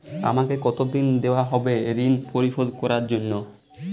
আমাকে কতদিন দেওয়া হবে ৠণ পরিশোধ করার জন্য?